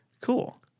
cool